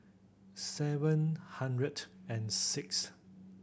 seven hundred and six